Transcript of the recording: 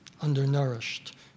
undernourished